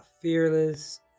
fearless